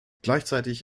gleichzeitig